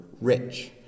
rich